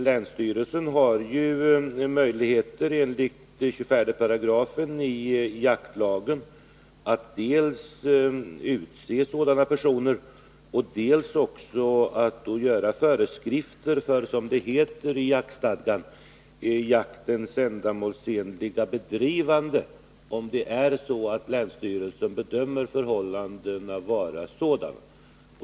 Länsstyrelsen har ju enligt 24 § jaktlagen möjlighet att dels utse sådana personer, dels utfärda föreskrifter för, som det heter i jaktstadgan, jaktens ändamålsenliga bedrivande, om länsstyrelsen bedömer förhållandena vara sådana.